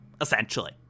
essentially